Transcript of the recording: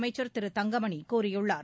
அமைச்சர் திரு தங்கமணி கூறியுள்ளார்